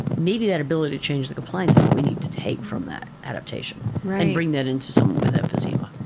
maybe that ability to change the compliance is what we need to take from that adaptation and bring that into someone with emphysema.